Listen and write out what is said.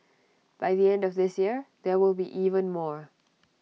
by the end of this year there will be even more